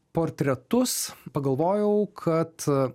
portretus pagalvojau kad